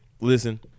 listen